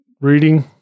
reading